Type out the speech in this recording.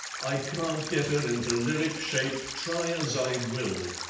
i can't get her into lyric shape, try as i will,